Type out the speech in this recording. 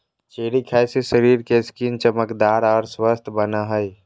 cherry खाय से शरीर के स्किन चमकदार आर स्वस्थ बनो हय